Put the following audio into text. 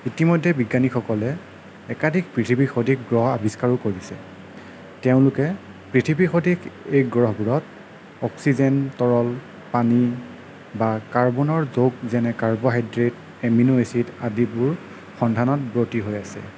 ইতিমধ্যে বিজ্ঞানীসকলে একাধিক পৃথিৱী সদৃশ গ্ৰহ আৱিষ্কাৰো কৰিছে তেওঁলোকে পৃথিৱী সদৃশ এই গ্ৰহবোৰত অক্সিজেন তৰল পানী বা কাৰ্বনৰ যৌগ যেনে কাৰ্বহাইড্ৰেট এমিন' এচিড আদিবোৰৰ সন্ধানত ব্ৰতী হৈ আছে